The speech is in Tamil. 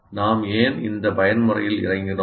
நாம் ஏன் இந்த பயன்முறையில் இறங்கினோம்